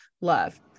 love